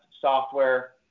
software